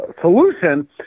solution